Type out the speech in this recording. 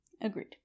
Agreed